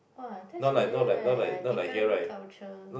!wah! that's really like ya different culture